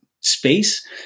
space